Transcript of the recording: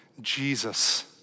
Jesus